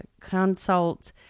consult